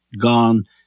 gone